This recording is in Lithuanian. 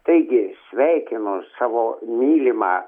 taigi sveikinu savo mylimą